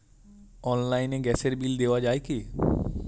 অনলাইনে গ্যাসের বিল দেওয়া যায় কি?